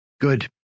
good